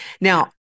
Now